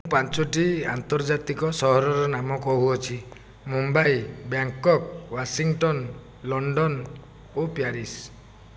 ପାଞ୍ଚଟି ଆନ୍ତର୍ଜାତିକ ସହରର ନାମ କହୁଅଛି ମୁମ୍ବାଇ ବ୍ୟାଂକକ୍ ୱାଶିଂଟନ ଲଣ୍ଡନ ଓ ପ୍ୟାରିସ